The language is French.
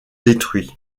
détruits